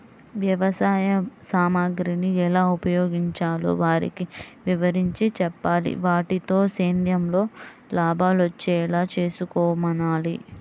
వ్యవసాయ సామగ్రిని ఎలా ఉపయోగించాలో వారికి వివరించి చెప్పాలి, వాటితో సేద్యంలో లాభాలొచ్చేలా చేసుకోమనాలి